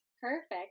Perfect